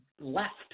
left